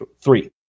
three